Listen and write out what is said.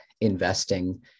investing